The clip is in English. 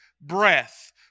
breath